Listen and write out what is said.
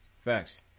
Facts